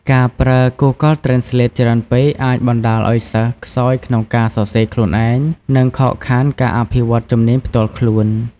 ការប្រើ Google Translate ច្រើនពេកអាចបណ្ដាលឲ្យសិស្ស ខ្សោយក្នុងការសរសេរដោយខ្លួនឯង និងខកខានការអភិវឌ្ឍជំនាញផ្ទាល់ខ្លួន។